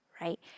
Right